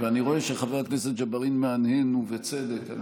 ואני רואה שחבר הכנסת ג'בארין מהנהן, ובצדק.